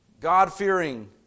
God-fearing